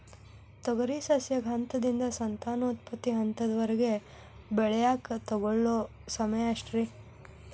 ತೊಗರಿ ಸಸ್ಯಕ ಹಂತದಿಂದ, ಸಂತಾನೋತ್ಪತ್ತಿ ಹಂತದವರೆಗ ಬೆಳೆಯಾಕ ತಗೊಳ್ಳೋ ಸಮಯ ಎಷ್ಟರೇ?